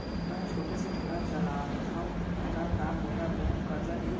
मैं छोटे से ठेला चलाथव त का मोला बैंक करजा दिही?